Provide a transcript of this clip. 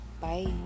bye